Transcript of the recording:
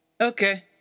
Okay